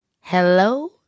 Hello